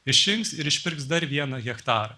išrinks ir išpirks dar vieną hektarą